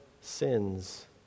sins